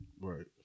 Right